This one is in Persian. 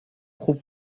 خوب